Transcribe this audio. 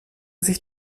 sich